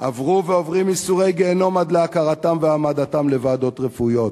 עברו ועוברים ייסורי גיהינום עד להכרתם והעמדתם לוועדות רפואיות.